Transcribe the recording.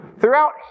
Throughout